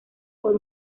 por